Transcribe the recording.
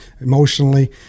emotionally